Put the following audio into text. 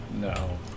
no